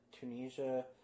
Tunisia